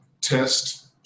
test